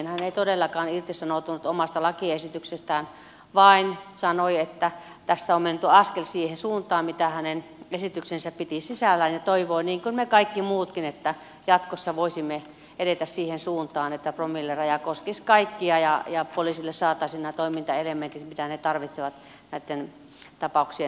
hän ei todellakaan irtisanoutunut omasta lakiesityksestään vaan sanoi että tässä on menty askel siihen suuntaan mitä hänen esityksensä piti sisällään ja toivoo niin kuin me kaikki muutkin että jatkossa voisimme edetä siihen suuntaan että promilleraja koskisi kaikkia ja poliiseille saataisiin nämä toimintaelementit mitä he tarvitsevat näitten tapauksien valvontaan